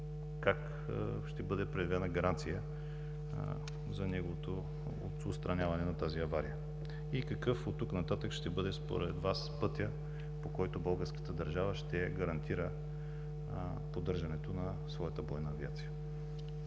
Как ще бъде предявена гаранция за отстраняване на тази авария? Какъв оттук нататък ще бъде според Вас пътят, по който българската държава ще гарантира поддържането на своята бойна авиация?